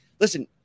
Listen